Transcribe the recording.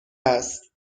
است